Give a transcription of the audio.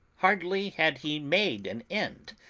hardly had he made an end,